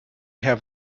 have